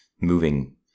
moving